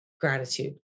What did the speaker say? gratitude